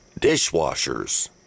Dishwashers